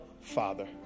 Father